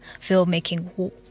filmmaking